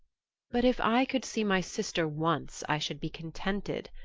but if i could see my sister once i should be contented,